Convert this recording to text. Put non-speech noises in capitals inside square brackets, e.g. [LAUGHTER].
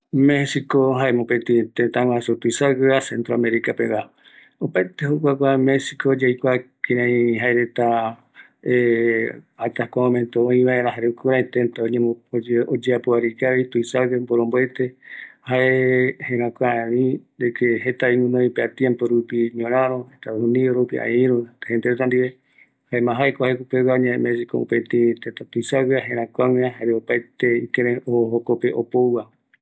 Mexico, jae mopeti teta guasu tuisagueva norteamerica pegua, opaete kua Mexico yaikua kirei jaereta [HESITATION] hatsa kua momento oivaera jare jukurei teta oyeapo vaera ikavi, tuisague, borombuete, jae jerakua de que jeta gunoi tiempo rupi oñoraro estado unido rupi jare iru teta reta ndie, jaema jae kua jekopegua añe Mexico mopeti teta tuisague va, gerakuague jare opaete ikirei ojo jokope oputuva.